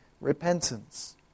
repentance